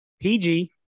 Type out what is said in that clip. PG